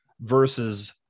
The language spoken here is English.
versus